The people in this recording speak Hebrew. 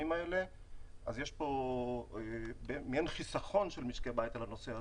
הזה אז יש פה מעין חיסכון של משקי בית בנושא הזה.